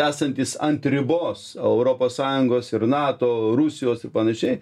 esantys ant ribos europos sąjungos ir nato rusijos ir panašiai